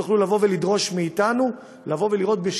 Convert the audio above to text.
תוכלו לדרוש מאתנו לראות,